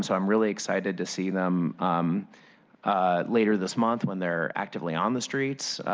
so am really excited to see them later this month when they are actively on the streets,